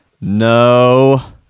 No